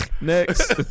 Next